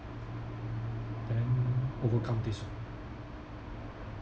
then overcome this